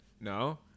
No